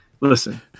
listen